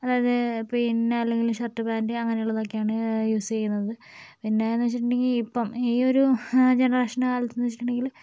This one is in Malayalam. അതായത് പിന്നെ അല്ലെങ്കില് ഷർട്ട് പാൻറ്റ് അങ്ങനുള്ളതൊക്കെയാണ് യൂസ് ചെയ്യുന്നത് പിന്നേന്ന് വെച്ചിട്ടുണ്ടെങ്കിൽ ഇപ്പം ഈ ഒരു ജനറേഷൻറ്റെ കാലത്തെന്ന് വെച്ചിട്ടുണ്ടെങ്കില്